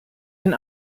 den